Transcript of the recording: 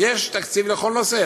יש תקציב לכל נושא.